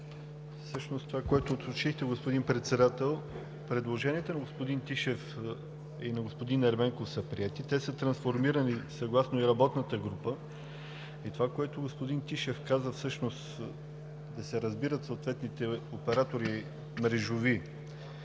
това, което уточнихте, господин Председател – предложенията на господин Тишев и господин Ерменков, са приети. Те са трансформирани, съгласно и Работната група. Това, което каза господин Тишев, да се разбират съответните мрежови